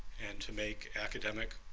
and to make academic